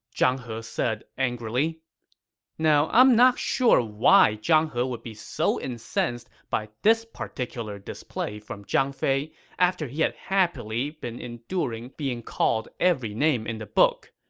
zhang he said angrily now, i'm not sure why zhang he would be so incensed by this particular display from zhang fei after he had happily enduring being called every name in the book.